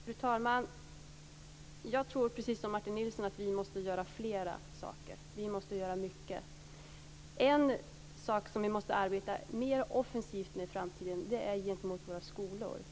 Fru talman! Jag tror precis som Martin Nilsson att vi måste göra flera saker. Vi måste göra mycket. En sak är att vi i framtiden måste arbeta mer offensivt gentemot våra skolor.